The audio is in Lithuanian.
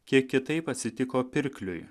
kiek kitaip atsitiko pirkliui